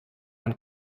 man